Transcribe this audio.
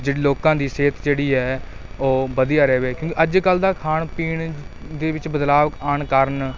ਜਿਹੜੀ ਲੋਕਾਂ ਦੀ ਸਿਹਤ ਜਿਹੜੀ ਹੈ ਉਹ ਵਧੀਆ ਰਹੇ ਕਿਉਂਕਿ ਅੱਜ ਕੱਲ੍ਹ ਦਾ ਖਾਣ ਪੀਣ ਦੇ ਵਿੱਚ ਬਦਲਾਅ ਆਉਣ ਕਾਰਨ